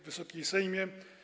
Wysoki Sejmie!